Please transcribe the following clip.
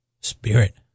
Spirit